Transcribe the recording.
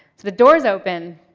the doors open,